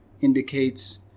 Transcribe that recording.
indicates